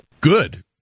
good